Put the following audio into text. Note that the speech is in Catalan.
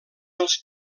els